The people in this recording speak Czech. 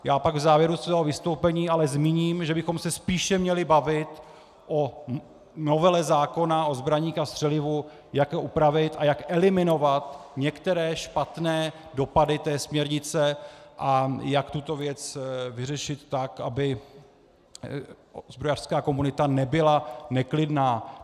Já pak v závěru svého vystoupení ale zmíním, že bychom se spíše měli bavit o novele zákona o zbraních a střelivu, jak ho upravit a jak eliminovat některé špatné dopady té směrnice a jak tuto věc vyřešit tak, aby zbrojařská komunita nebyla neklidná.